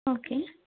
okay